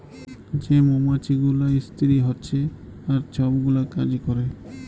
যে মমাছি গুলা ইস্তিরি হছে আর ছব গুলা কাজ ক্যরে